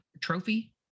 trophy